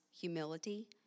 humility